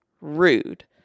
rude